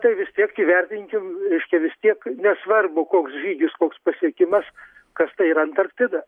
tai vis tiek įvertinkim reiškia vis tiek nesvarbu koks žygis koks pasiekimas kas tai yra antarktida